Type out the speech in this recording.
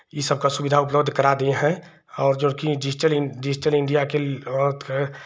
यह सब की सुविधा उपलब्ध करा दिए हैं और जोकि डिज़िटल डिज़िटल इण्डिया के